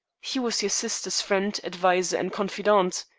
he was your sister's friend, adviser, and confidant,